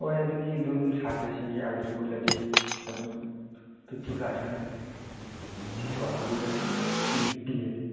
ꯍꯣꯏ ꯑꯗꯨꯗꯤ ꯑꯗꯨꯝ ꯁꯥꯇ꯭ꯔꯥꯁꯤꯡꯒꯤ ꯑꯥꯏ ꯗꯤ ꯎꯠꯂꯗꯤ ꯑꯗꯨꯝ ꯐꯤꯐꯇꯤ ꯄꯥꯔꯁꯦꯟ ꯗꯤꯁꯀꯥꯎꯟꯗꯤ ꯑꯗꯨꯝ ꯄꯤꯌꯦ